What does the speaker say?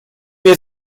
wir